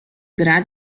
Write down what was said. gra